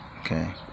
okay